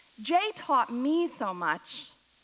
jay taught me so much.